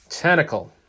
Tentacle